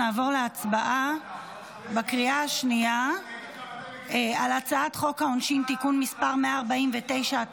נעבור להצבעה בקריאה השנייה על הצעת חוק העונשין (תיקון מס' 149),